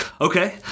Okay